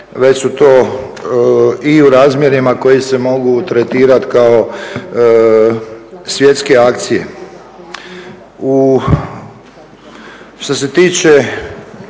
već su to i u razmjerima koji se mogu tretirati kao svjetske akcije. Što se tiče